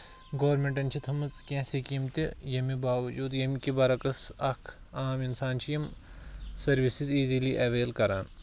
گورمینٹن چھِ تھٲومٕژ کیٚنٛہہ سِکیٖمہٕ تہِ ییٚمہِ باوجوٗد ییٚمہِ کہِ برعکٕس اکھ عام اِنسان چھُ یِم سٔروِسِز ایٖزلی ایٚویل کران